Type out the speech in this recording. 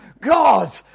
God